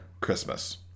christmas